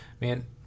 man